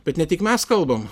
bet ne tik mes kalbam